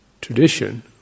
tradition